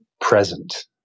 present